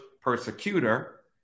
persecutor